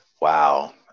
wow